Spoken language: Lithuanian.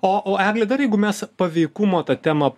o o egle dar jeigu mes paveikumo tą temą